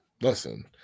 Listen